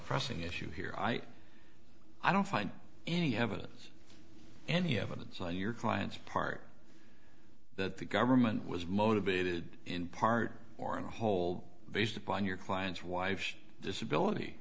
pressing issue here i i don't find any evidence any evidence on your client's part that the government was motivated in part or in whole based upon your client's wife's disability